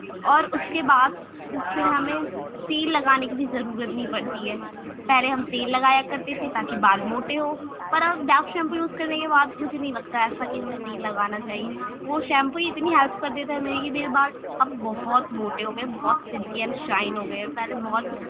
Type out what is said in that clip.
اور اس کے بعد پھر ہمیں تیل لگانے کی بھی ضرورت نہیں پڑتی ہے پہلے ہم تیل لگایا کرتے تھے تا کہ بال موٹے ہو پر اب ڈو شیمپو یوز کرنے کے بعد مجھے نہیں لگتا ایسا کہ مجھے تیل لگانا چاہیے وہ شیمپو اتنی ہیلپ کر دیتا ہے میری کہ پھر بال اب بہت موٹے ہو گیے ہیں بہت سلکی اینڈ شائن ہو گیے ہیں پہلے بہت